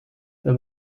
then